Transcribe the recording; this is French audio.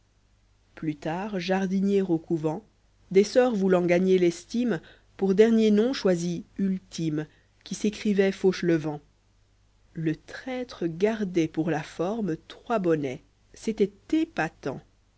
plus tard jardinier au couvent des soeurs voulant gagner l'estime pour dernier nom choisit ultime qui s'écrivait fauchelevent le traître gardait pour la forme trois bonnets c'était épatant